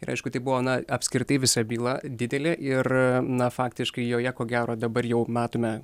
ir aišku tai buvo na apskritai visa byla didelė ir na faktiškai joje ko gero dabar jau matome